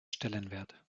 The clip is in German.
stellenwert